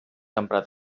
emprat